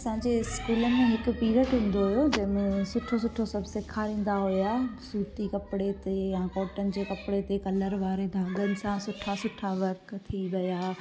असांजे स्कूल में हिकु पीरियड हूंदो हुओ जंहिंमें सुठो सुठो सभु सेखारींदा हुआ सुती कपड़े ते या कोटन जे कपिड़े ते कलर वारे धागनि सां सुठा सुठा वर्क थी विया